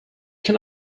can